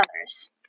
others